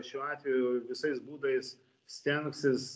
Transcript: šiuo atveju visais būdais stengsis